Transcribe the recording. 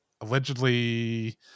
allegedly